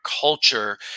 culture